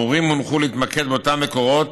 המורים הונחו להתמקד באותם מקורות